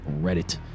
Reddit